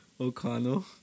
O'Connell